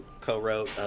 co-wrote